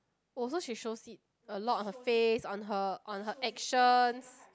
also she shows it a lot on her face on her on her actions